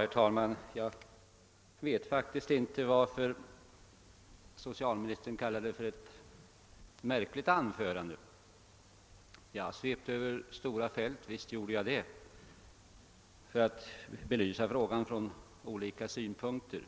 Herr talman! Jag vet faktiskt inte varför socialministern anser mitt anförande märkligt. Visst svepte jag över stora fält för att belysa problemen från olika synpunkter.